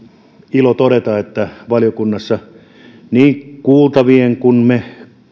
ilo todeta että valiokunnassa niin kuultavat kuin me